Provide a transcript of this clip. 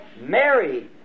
Mary